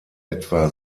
etwa